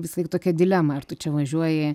visąlaik tokia dilema ar tu čia važiuoji